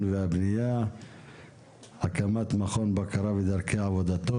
והבנייה (הקמת מכון בקרה ודרכי עבודתו),